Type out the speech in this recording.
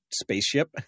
spaceship